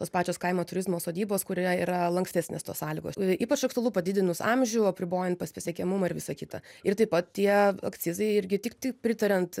tos pačios kaimo turizmo sodybos kurioje yra lankstesnės tos sąlygos ypač aktualu padidinus amžių apribojant pas pasiekiamumą ir visa kita ir taip pat tie akcizai irgi tik tik pritariant